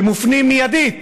שמופנים מיידית,